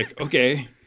okay